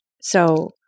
So-